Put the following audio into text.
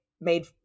made